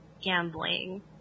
gambling